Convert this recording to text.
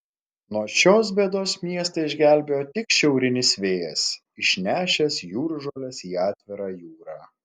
nuo šios bėdos miestą išgelbėjo tik šiaurinis vėjas išnešęs jūržoles į atvirą jūrą